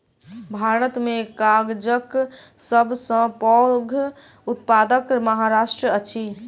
भारत में कागजक सब सॅ पैघ उत्पादक महाराष्ट्र अछि